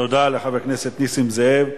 תודה לחבר הכנסת נסים זאב.